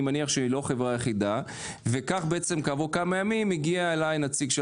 אני מניח שזאת לא החברה היחידה וכך כעבור כמה ימים הגיע אלי נציג של